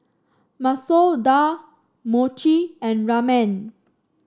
Masoor Dal Mochi and Ramen